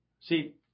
See